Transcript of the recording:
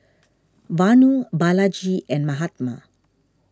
Vanu Balaji and Mahatma